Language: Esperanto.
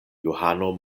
johano